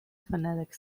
phonetic